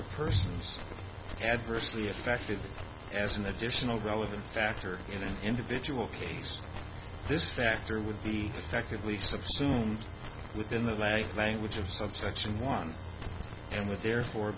of persons adversely affected as an additional relevant factor in an individual case this factor would be effectively subsumed within the black language of subsection one and with therefor